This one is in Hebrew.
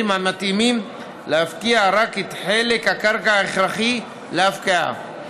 המתאימים להפקיע רק את חלק הקרקע ההכרחי להפקעה.